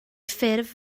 ffurf